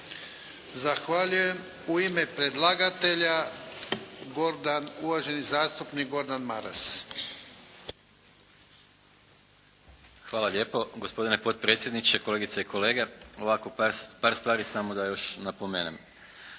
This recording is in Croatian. Zahvaljujem. U ime predlagatelja uvaženi zastupnik Gordan Maras. **Maras, Gordan (SDP)** Hvala lijepo. Gospodine potpredsjedniče, kolegice i koelge. Ovako, par stvari samo da još napomenem.